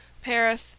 paris,